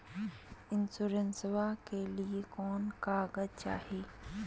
इंसोरेंसबा के लिए कौन कागज चाही?